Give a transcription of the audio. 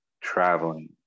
traveling